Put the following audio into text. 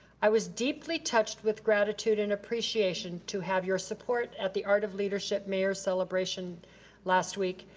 i was deeply touched with gratitude and appreciation to have your support at the art of leadership mayor celebration last week.